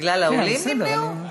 בגלל העולים נמנעו?